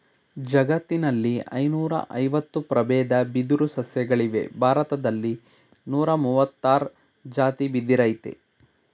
ಜಗತ್ತಿನಲ್ಲಿ ಐನೂರಐವತ್ತು ಪ್ರಬೇದ ಬಿದಿರು ಸಸ್ಯಗಳಿವೆ ಭಾರತ್ದಲ್ಲಿ ನೂರಮುವತ್ತಾರ್ ಜಾತಿ ಬಿದಿರಯ್ತೆ